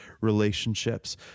relationships